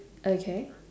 okay